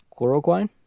Chloroquine